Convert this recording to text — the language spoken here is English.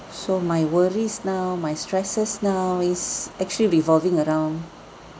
so my worries now my stresses now is actually revolving around